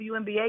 WNBA